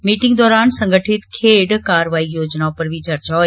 meeting दौरान संगठित खेड्ड कारवाई योजना उप्पर बी चर्चा होई